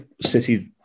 City